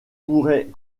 pourraient